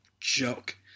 joke